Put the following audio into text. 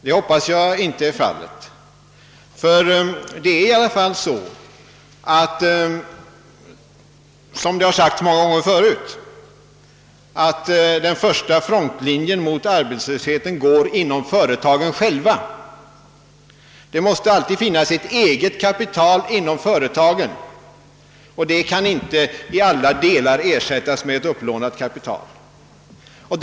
Det hoppas jag inte är fallet, ty det är i alla fall så — som det har sagts många gånger tidigare — att den första frontlinjen mot arbetslösheten går inom företagen själva. Det måste alltid finnas ett eget kapital inom företagen, och det kan inte i alla delar ersättas med upplånat kapital.